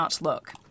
look